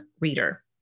reader